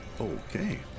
Okay